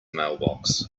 mailbox